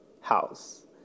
house